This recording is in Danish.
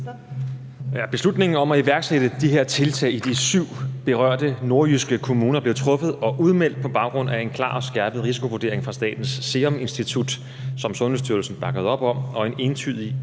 Beslutningen om at iværksætte de her tiltag i de syv berørte nordjyske kommuner blev truffet og udmeldt på baggrund af en klar og skærpet risikovurdering fra Statens Serum Institut, som Sundhedsstyrelsen bakkede op om, og en entydig